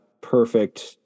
perfect